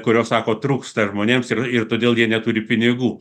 kurio sako trūksta žmonėms ir todėl jie neturi pinigų